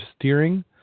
steering